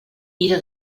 ira